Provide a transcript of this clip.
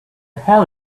hell